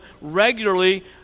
regularly